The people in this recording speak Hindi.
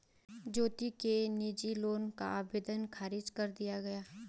ज्योति के निजी लोन का आवेदन ख़ारिज कर दिया गया